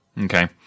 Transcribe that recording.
Okay